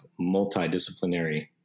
multidisciplinary